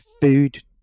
food